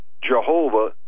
Jehovah